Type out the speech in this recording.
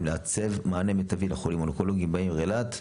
לעצב מענה מיטבי לחולים האונקולוגים בעיר אילת,